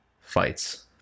fights